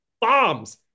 bombs